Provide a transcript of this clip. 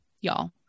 y'all